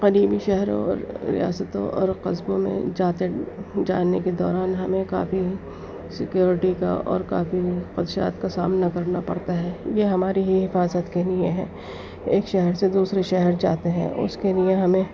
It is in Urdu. قدیمی شہروں اور ریاستوں اور قصبوں میں جاتے جانے کے دوران ہمیں کافی سکیورٹی کا اور کافی خدشات کا سامنا کرنا پڑتا ہے یہ ہماری ہی حفاظت کے لیے ہیں ایک شہر سے دوسرے شہر جاتے ہیں اس کے لیے ہمیں